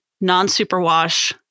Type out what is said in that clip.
non-superwash